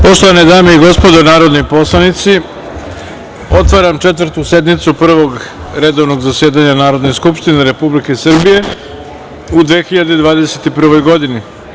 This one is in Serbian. Poštovane dame i gospodo narodni poslanici, otvaram Četvrtu sednicu Prvog redovnog zasedanja Narodne skupštine Republike Srbije u 2021. godini.